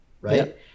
right